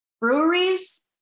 breweries